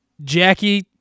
Jackie